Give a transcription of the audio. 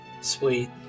Sweet